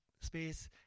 space